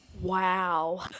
wow